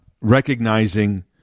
recognizing